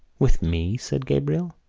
with me? said gabriel.